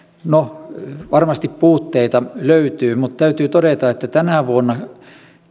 no varmasti puutteita löytyy mutta täytyy todeta että tänä vuonna